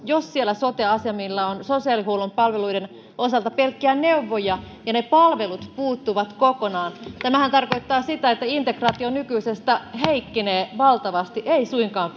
jos siellä sote asemilla on sosiaalihuollon palveluiden osalta pelkkiä neuvojia ja ne palvelut puuttuvat kokonaan tämähän tarkoittaa sitä että integraatio nykyisestä heikkenee valtavasti ei suinkaan